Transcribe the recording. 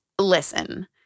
listen